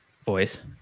Voice